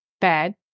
bad